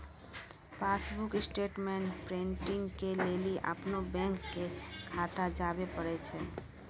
passbook statement printing के लेली अपनो बैंको के शाखा जाबे परै छै